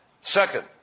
Second